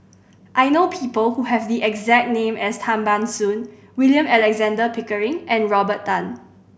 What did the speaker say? I know people who have the exact name as Tan Ban Soon William Alexander Pickering and Robert Tan